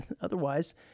otherwise